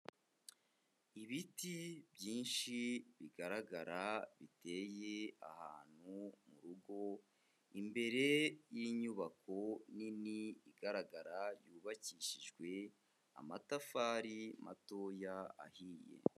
Ibiti byinshi bigaragara biteye ahantu murugo, imbere y'inyubako nini igaragara yubakishijwe amatafari matoya ahiye.